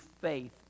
faith